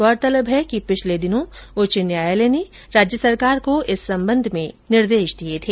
गौरतलब है कि पिछले दिनों उच्च न्यायालय ने राज्य सरकार को इस संबंध में निर्देश दिये थे